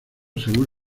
según